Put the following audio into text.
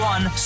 One